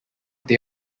they